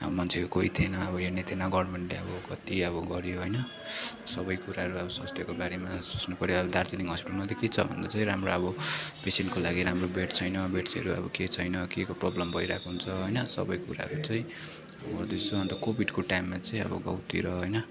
मान्छेको कोही थिएन यो नै थिएन गभर्नमेन्ट अब कति अब गरियो होइन सबै कुराहरू स्वास्थ्यको बारेमा सोच्नुपर्यो अब दार्जिलिङ हस्पिटलमा के छ भन्दा चाहिँ राम्रो अब पेसेन्टको लागि राम्रो बेड छैन बेड्सहरू अब के छैन केको प्रब्लम भइरहेको हुन्छ होइन सबै कुराहरू चाहिँ गर्दैछु अन्त कोभिडको टाइममा चाहिँ गाउँतिर